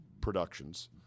Productions